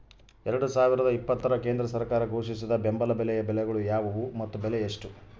ಎರಡು ಸಾವಿರದ ಇಪ್ಪತ್ತರ ಕೇಂದ್ರ ಸರ್ಕಾರ ಘೋಷಿಸಿದ ಬೆಂಬಲ ಬೆಲೆಯ ಬೆಳೆಗಳು ಯಾವುವು ಮತ್ತು ಬೆಲೆ ಎಷ್ಟು?